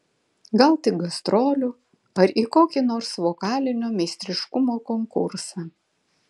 gal tik gastrolių ar į kokį nors vokalinio meistriškumo konkursą